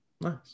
Nice